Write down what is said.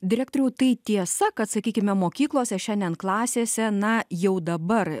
direktoriau tai tiesa kad sakykime mokyklose šiandien klasėse na jau dabar